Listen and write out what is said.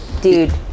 dude